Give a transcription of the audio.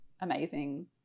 amazing